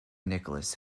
nicholas